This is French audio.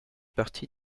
partie